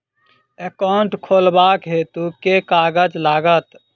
Account खोलाबक हेतु केँ कागज लागत?